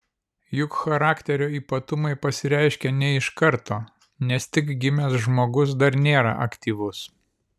juk charakterio ypatumai pasireiškia ne iš karto nes tik gimęs žmogus dar nėra aktyvus